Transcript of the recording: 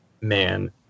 man